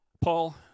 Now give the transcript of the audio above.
Paul